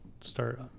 start